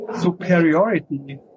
Superiority